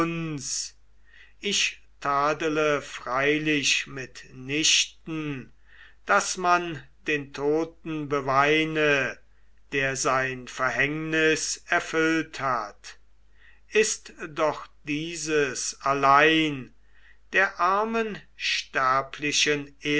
ich tadele freilich mitnichten daß man den toten beweine der sein verhängnis erfüllt hat ist doch dieses allein der armen sterblichen